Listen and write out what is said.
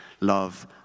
love